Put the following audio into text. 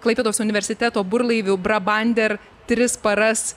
klaipėdos universiteto burlaiviu brabander tris paras